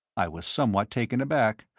i was somewhat taken aback,